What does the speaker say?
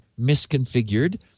misconfigured